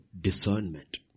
discernment